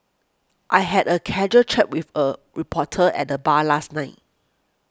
I had a casual chat with a reporter at the bar last night